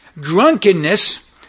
drunkenness